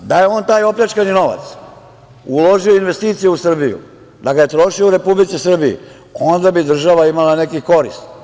Da je on taj opljačkani novac uložio u investicije u Srbiju, da ga je trošio u Republici Srbiji, onda bi država imala neke koristi.